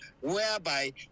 whereby